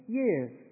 years